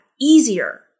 easier